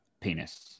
penis